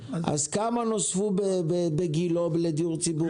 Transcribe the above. כמה נוספו בגילה לדיור ציבורי?